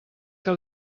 que